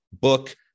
book